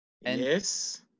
Yes